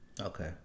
Okay